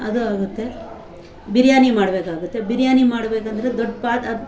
ಅದು ಆಗುತ್ತೆ ಬಿರಿಯಾನಿ ಮಾಡಬೇಕಾಗುತ್ತೆ ಬಿರಿಯಾನಿ ಮಾಡಬೇಕಂದ್ರೆ ದೊಡ್ಡ ಪಾತ್ ಅದು